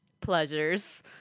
pleasures